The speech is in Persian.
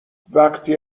وقتی